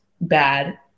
bad